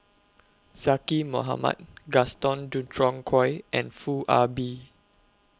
Zaqy Mohamad Gaston Dutronquoy and Foo Ah Bee